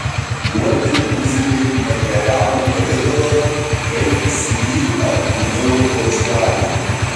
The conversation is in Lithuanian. duoti muzikai materialų pavidalą kaip cd ar vinilo plokštelė